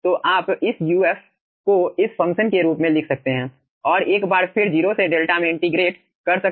तो आप इस uf को इस फ़ंक्शन के रूप में लिख सकते हैं और एक बार फिर 0 से डेल्टा में इंटीग्रेट कर सकते हैं